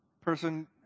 person